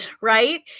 Right